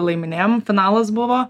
laiminėjom finalas buvo